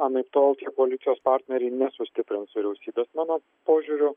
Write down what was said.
anaiptol koalicijos partneriai nesustiprins vyriausybės mano požiūriu